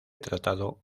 tratado